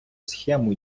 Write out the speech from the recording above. схему